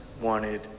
wanted